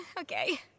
Okay